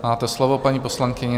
Máte slovo, paní poslankyně.